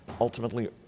ultimately